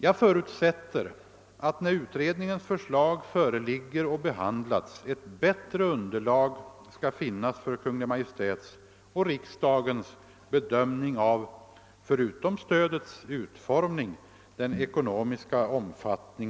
Jag förutsätter att det när utredningens förslag föreligger och behandlas skall finnas ett bättre underlag för Kungl. Maj:ts och riksdagens bedömning av inte bara stödets utformning utan även dess ekonomiska omfattning.